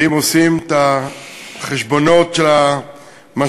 ואם עושים את החשבונות של המשאבים,